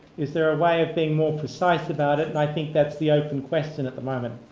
is there a way of being more precise about it? and i think that's the open question at the moment.